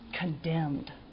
condemned